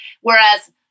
Whereas